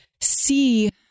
see